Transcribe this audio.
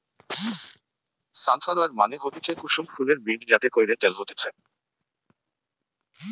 sunflower মানে হতিছে কুসুম ফুলের বীজ যাতে কইরে তেল হতিছে